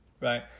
right